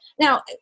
Now